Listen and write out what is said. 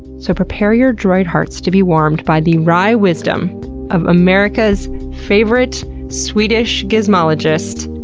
so, prepare your droid hearts to be warmed by the wry wisdom of america's favorite swedish gizmologist,